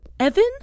Evan